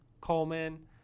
Coleman